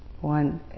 one